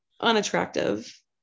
unattractive